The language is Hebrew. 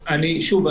שוב,